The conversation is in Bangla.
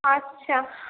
আচ্ছা